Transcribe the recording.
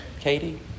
Katie